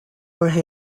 jorge